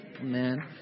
amen